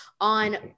on